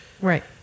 Right